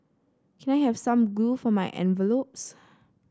can I have some glue for my envelopes